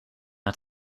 het